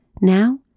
Now